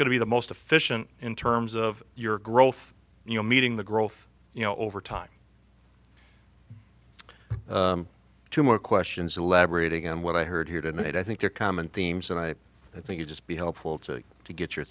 going to be the most efficient in terms of your growth you know meeting the growth you know over time to more questions elaborating on what i heard here tonight i think their common themes and i think it just be helpful to you to get your